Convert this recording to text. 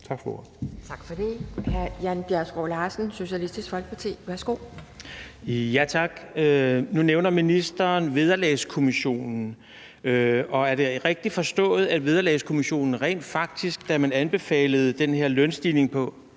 Tak. Jan Bjergskov Larsen, Socialistisk Folkeparti. Værsgo. Kl. 11:46 Jan Bjergskov Larsen (SF): Tak. Nu nævner ministeren Vederlagskommissionen, og er det rigtigt forstået, at Vederlagskommissionen rent faktisk, da man anbefalede den her lønstigning på